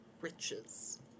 riches